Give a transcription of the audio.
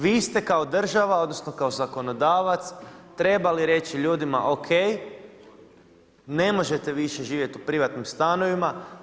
Vi ste kao država, odnosno kao zakonodavac trebali reći ljudima o.k., ne možete više živjeti u privatnim stanovima.